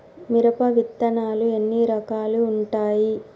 మిరప విత్తనాలు ఎన్ని రకాలు ఉంటాయి?